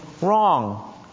wrong